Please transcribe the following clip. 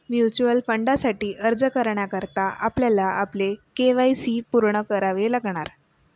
mutual फंडासाठी अर्ज करण्याकरता आपल्याला आपले के.वाय.सी पूर्ण करावे लागणार